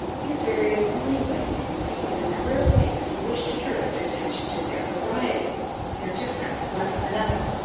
use various only when, in speaking of a number of things, you wish to direct attention to their variety their difference, one from another.